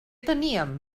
teníem